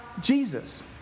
Jesus